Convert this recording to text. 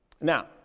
Now